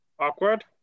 awkward